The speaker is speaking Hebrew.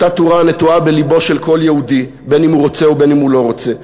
אותה תורה הנטועה בלבו של כל יהודי בין שהוא רוצה ובין שהוא לא רוצה,